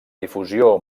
difusió